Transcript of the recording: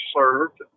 served